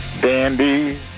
Dandy